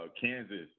Kansas